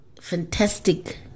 fantastic